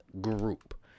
group